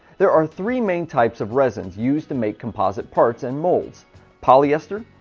there are three main types of resins used to make composite parts and molds polyester,